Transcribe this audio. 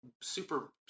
super